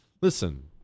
Listen